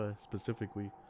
Specifically